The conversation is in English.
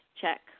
Check